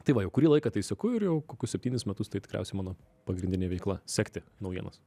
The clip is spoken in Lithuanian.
tai va jau kurį laiką tai seku ir jau kokius septynis metus tai tikriausiai mano pagrindinė veikla sekti naujienas